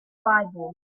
bible